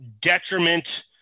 detriment